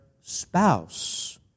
spouse